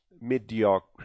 mediocre